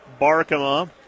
Barkema